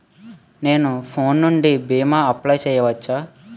నేను ఫోన్ నుండి భీమా అప్లయ్ చేయవచ్చా?